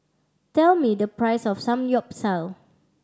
tell me the price of Samgyeopsal